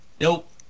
Nope